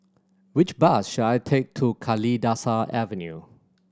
which bus should I take to Kalidasa Avenue